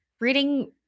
reading